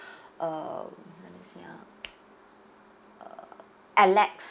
uh let me see ah uh alex